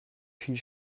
viel